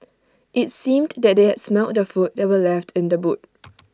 IT seemed that they had smelt the food that were left in the boot